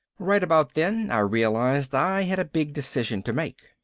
right about then i realized i had a big decision to make.